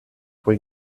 fue